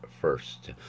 first